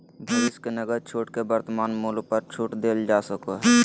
भविष्य के नकद छूट के वर्तमान मूल्य पर छूट देल जा सको हइ